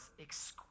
exquisite